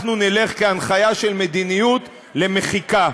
אנחנו נלך, כהנחיה של מדיניות, למחיקה.